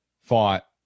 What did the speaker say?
fought